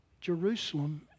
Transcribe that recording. Jerusalem